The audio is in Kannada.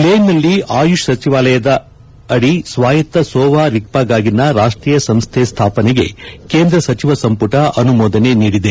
ಲೇನಲ್ಲಿ ಆಯುಷ್ ಸಚಿವಾಲಯದದಿ ಸ್ವಾಯತ್ತ ಸೋವಾ ರಿಗ್ವಾಗಾಗಿನ ರಾಷ್ಟೀಯ ಸಂಸ್ದೆ ಸ್ಲಾಪನೆಗೆ ಕೇಂದ್ರ ಸಚಿವ ಸಂಪುಟ ಅನುಮೋದನೆ ನೀಡಿದೆ